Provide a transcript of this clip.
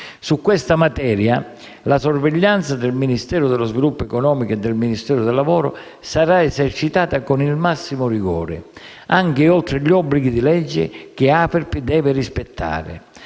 Su questa materia la sorveglianza del Ministero dello sviluppo economico e del Ministero del lavoro e delle politiche sociali sarà esercitata con il massimo rigore, anche oltre gli obblighi di legge che Aferpi deve rispettare.